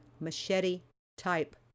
machete-type